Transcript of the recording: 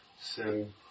sin